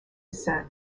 descent